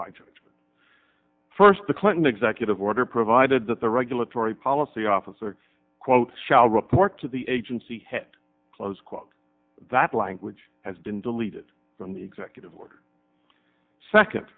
judgment first the clinton executive order provided that the regulatory policy officer quote shall report to the agent he had close quote that language has been deleted from the executive order second